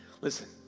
Listen